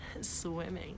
swimming